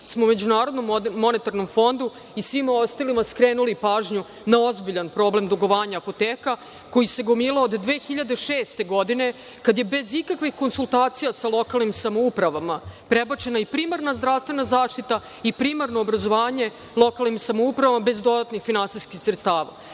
sa MMF. Mi smo MMF i svima ostalima skrenuli pažnju na ozbiljan problem dugovanja apoteka koji se gomilo od 2006. godine, kada je bez ikakvih konsultacija sa lokalnim samoupravama prebačena i primarna zdravstvene zaštita i primarno obrazovanje lokalnim samoupravama bez dodatnih finansijskih sredstava,